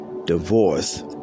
Divorce